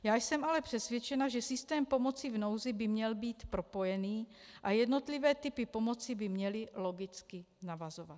Já jsem ale přesvědčena, že systém pomoci v nouzi by měl být propojený a jednotlivé typy pomoci by měly logicky navazovat.